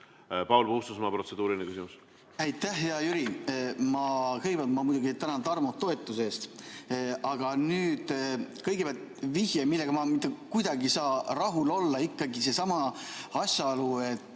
Paul Puustusmaa, protseduuriline küsimus.